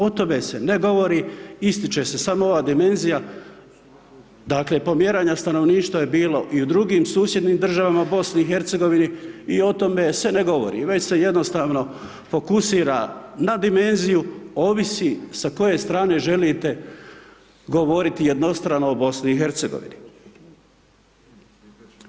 O tome se ne govori, ističe se samo ova dimenzija, dakle pomjeranja stanovništva je bilo i u drugim susjednim državama BiH-a i o tome se ne govori već se jednostavno fokusira na dimenziju, ovisi sa koje strane želite govoriti jednostrano o BiH-u.